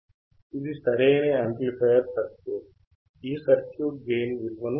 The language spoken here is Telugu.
ఇది సరియైన యాంప్లిఫైయర్ సర్క్యూట్ ఈ సర్క్యూట్ గెయిన్ విలువను మార్చదు